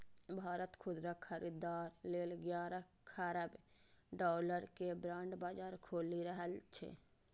भारत खुदरा खरीदार लेल ग्यारह खरब डॉलर के बांड बाजार खोलि रहल छै